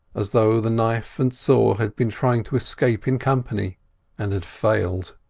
as though the knife and saw had been trying to escape in company and had failed.